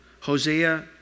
Hosea